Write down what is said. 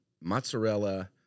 mozzarella